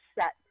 set